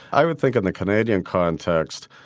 i would think in the canadian context,